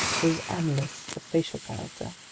those analysts of facial character.